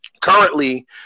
Currently